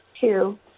two